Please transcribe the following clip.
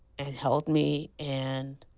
and held me, and.